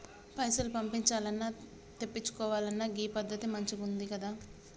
పైసలు పంపించాల్నన్నా, తెప్పిచ్చుకోవాలన్నా గీ పద్దతి మంచిగుందికదా